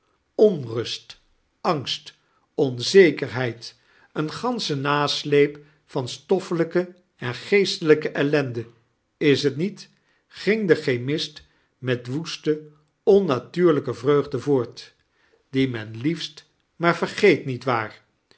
onrust angst onzekerheid een ganschen nasleep van stoffelijke en geestelijke ellende is t niet ging de chemist met woeste onnatuurlijke vreugde voort die men liefst maar vergeet nietwaar de student antwoordde niet maar